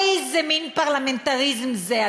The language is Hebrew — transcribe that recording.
איזה מין פרלמנטריזם זה,